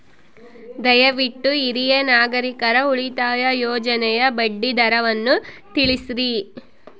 ದಯವಿಟ್ಟು ಹಿರಿಯ ನಾಗರಿಕರ ಉಳಿತಾಯ ಯೋಜನೆಯ ಬಡ್ಡಿ ದರವನ್ನು ತಿಳಿಸ್ರಿ